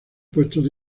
puestos